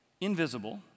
invisible